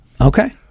Okay